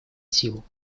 силу